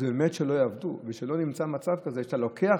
אז באמת שלא יעבדו ושלא נימצא במצב כזה שבו אתה לוקח,